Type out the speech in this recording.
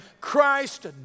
Christ